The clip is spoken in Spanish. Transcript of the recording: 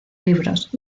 libros